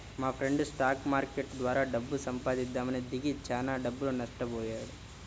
మాఫ్రెండు stock market ద్వారా డబ్బు సంపాదిద్దామని దిగి చానా డబ్బులు నట్టబొయ్యాడు